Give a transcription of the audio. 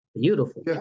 Beautiful